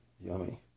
yummy